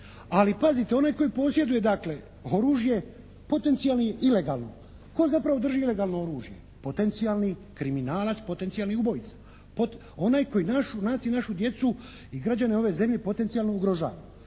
Ali pazite onaj koji posjeduje dakle oružje potencijalni je, ilegalno, tko zapravo drži ilegalno oružje? Potencijalni kriminalac, potencijalni ubojica. Onaj koji našu naciju, našu djecu i građane ove zemlje potencijalno ugrožava.